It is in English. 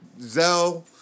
Zell